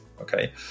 okay